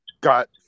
got